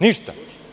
Ništa.